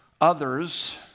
others